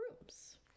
rooms